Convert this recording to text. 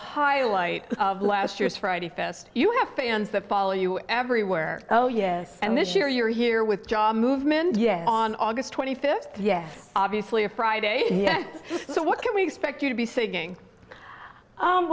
highlight of last year's friday fest you have fans that follow you everywhere oh yes and this year you're here with job movement yeah on august twenty fifth yes obviously a friday so what can we expect you to be signaling